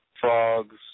frogs